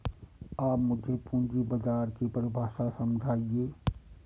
आप मुझे पूंजी बाजार की परिभाषा समझाइए